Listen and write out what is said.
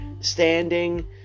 standing